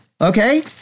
okay